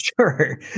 Sure